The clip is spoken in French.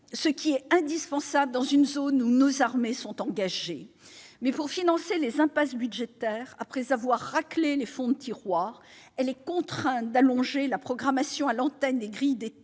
mandingue, indispensable dans une zone où nos armées sont engagées. Pour financer les impasses budgétaires, après avoir raclé les fonds de tiroir, elle est toutefois contrainte d'allonger la programmation à l'antenne des grilles d'été,